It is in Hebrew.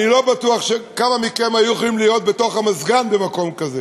אני לא בטוח כמה מכם היו יכולים להיות בתוך המזגן במקום כזה,